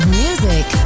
music